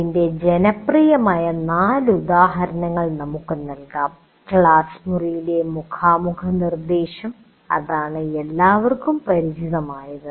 അതിന്റെ ജനപ്രിയമായ നാല് ഉദാഹരണങ്ങൾ നമുക്ക് നൽകാം ക്ലാസ് മുറിയിലെ മുഖാമുഖ നിർദ്ദേശം അതാണ് എല്ലാവർക്കും പരിചിതമായത്